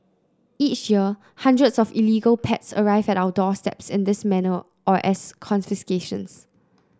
each year hundreds of illegal pets arrive at our doorsteps in this manner or as confiscations